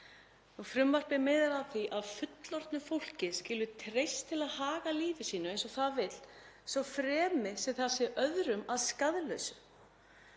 Frumvarpið miðar að því að fullorðnu fólki skuli treyst til að haga lífi sínu eins og það vill svo fremi það sé öðrum að skaðlausu.